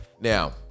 Now